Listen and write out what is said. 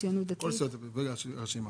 סעיף קטן (ד) שעוסק בכך שיראו ישות חייבת בדיווח אשר